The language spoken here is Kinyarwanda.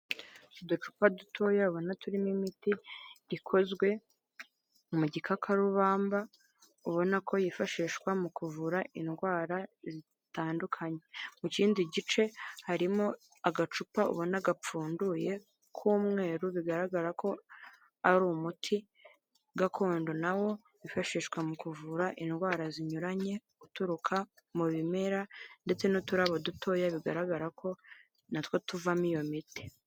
Uducupa dutoyabona turimo imiti ikozwe mu gikakarubamba, ubona ko yifashishwa mu kuvura indwara zitandukanye. Mu kindi gice harimo agacupa ubona gapfunduye k'umweru bigaragara ko ari umuti gakondo na wo wifashishwa mu kuvura indwara zinyuranye, uturuka mu bimera ndetse n'uturabo dutoya bigaragara ko na two tuvamo iyo miti.